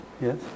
Yes